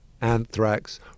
anthrax